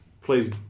please